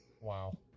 wow